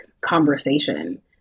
conversation